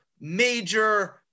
major